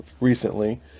recently